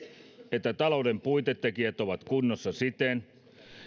että talouden puitetekijät ovat kunnossa siten